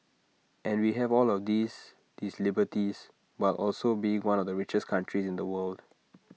and we have all of these these liberties while also being one of the richest countries in the world